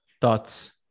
thoughts